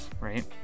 right